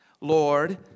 Lord